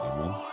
Amen